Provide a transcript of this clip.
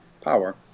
power